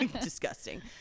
disgusting